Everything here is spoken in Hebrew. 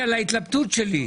ההתלבטות שלי?